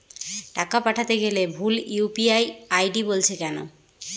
টাকা পাঠাতে গেলে ভুল ইউ.পি.আই আই.ডি বলছে কেনো?